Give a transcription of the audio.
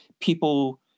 people